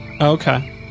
Okay